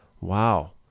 wow